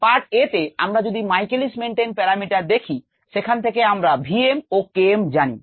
part a তে আমরা যদি Michaelis Menten প্যারামিটার দেখি সেখান থেকে আমরা v m ও K m জানি